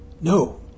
No